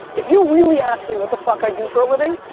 if you really ask me what the fuck i do for a living,